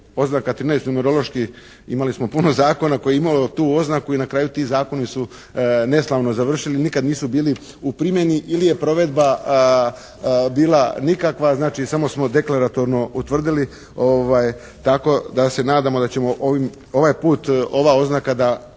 oznaka 13 numerološki imali smo puno zakona koji je imao tu oznaku i na kraju ti zakoni su neslavno završili i nikad nisu bili u primjeni ili je provedba bila nikakva. Znači, samo smo deklaratorno utvrdili tako da se nadamo da ćemo ovaj put ova oznaka da